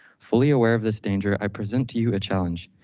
fully aware of this danger, i present to you a challenge.